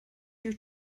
your